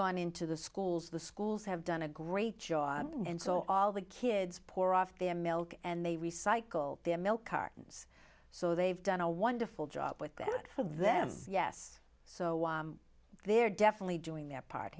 gone into the schools the schools have done a great job and so all the kids pour off their milk and they recycle their milk cartons so they've done a wonderful job with that for them yes so while they're definitely doing their part